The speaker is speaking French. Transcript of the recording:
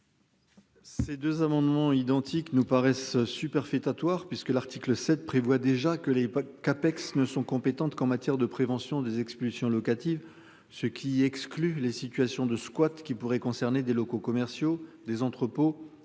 Ces deux amendements identiques, nous paraissent superfétatoires puisque l'article 7 prévoit déjà que l'époque CAPEX ne sont compétentes qu'en matière de prévention des expulsions locatives, ce qui exclut les situations de squat qui pourrait concerner des locaux commerciaux, des entrepôts